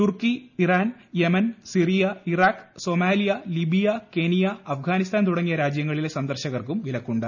തുർക്കി Iran Yemen Syria Iraq Libya Kenya Afghanistan Somalia തുടങ്ങിയ രാജ്യങ്ങളിലെ സന്ദർശകർക്കും വിലക്കുണ്ട്